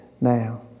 now